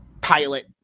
pilot